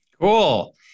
Cool